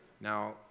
Now